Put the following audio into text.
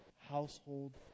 household